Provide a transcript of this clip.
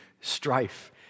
strife